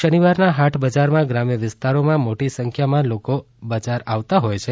શનિવારના હાટ બજારમાં ગ્રામ્ય વિસ્તારોમાં થી મોટી સંખ્યામાં લોકો બજાર આવતાં હોય છે